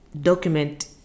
document